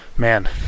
Man